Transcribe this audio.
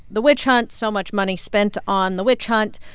the witch hunt, so much money spent on the witch hunt,